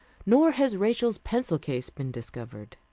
nor has rachel's pencil case been discovered.